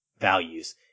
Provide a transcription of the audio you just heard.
values